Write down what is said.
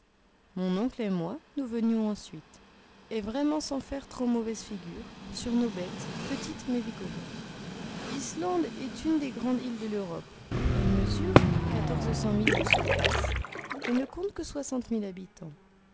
mon oncle et moi nous venions ensuite et vraiment sans faire trop mauvaise figure sur nos bêtes petites mais vigoureuses l'islande est une des grandes îles de l'europe elle mesure quatorze cents milles de surface et ne compte que soixante mille habitants